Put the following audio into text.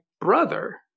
brother